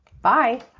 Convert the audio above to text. Bye